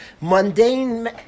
mundane